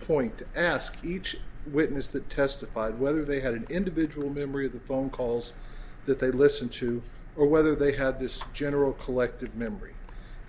point to ask each witness that testified whether they had an individual memory of the phone calls that they listened to or whether they had this general collective memory